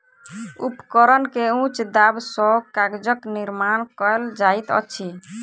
उपकरण के उच्च दाब सॅ कागजक निर्माण कयल जाइत अछि